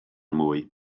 mwy